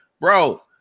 bro